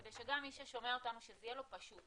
כדי שגם מי ששומע אותנו שזה יהיה לו פשוט.